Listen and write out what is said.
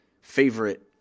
favorite